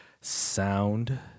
sound